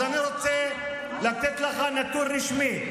אז אני רוצה לתת לך נתון רשמי.